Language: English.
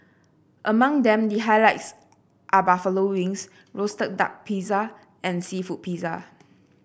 among them the highlights are buffalo wings roasted duck pizza and seafood pizza